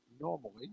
normally